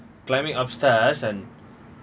climbing upstairs and